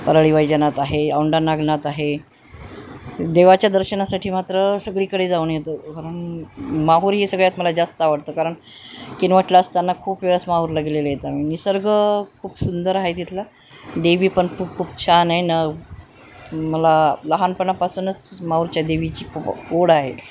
परळी वैजनाथ आहे औंढा नागनाथ आहे देवाच्या दर्शनासाठी मात्र सगळीकडे जाऊन येतो कारण माहूर हे सगळ्यात मला जास्त आवडतं कारण किनवाटला असताना खूप वेळेस माहूरला गेले आ म निसर्ग खूप सुंदर हा आहे तिथला देवी पण खूप खूप छान आहे न मला लहानपणापासूनच माहूरच्या देवीची खूप ओढ आहे